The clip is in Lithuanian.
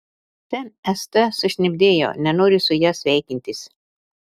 ten st sušnibždėjau nenoriu su ja sveikintis